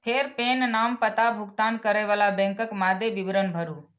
फेर पेन, नाम, पता, भुगतान करै बला बैंकक मादे विवरण भरू